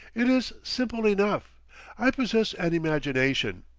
it is simple enough i possess an imagination.